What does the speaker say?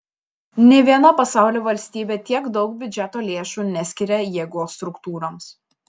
nė viena pasaulio valstybė tiek daug biudžeto lėšų neskiria jėgos struktūroms